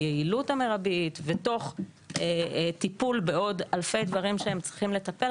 ביעילות המרבית ותוך טיפול בעוד אלפי דברים שהם צריכים לטפל,